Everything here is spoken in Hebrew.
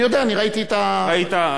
אני יודע, אני ראיתי את, ראית?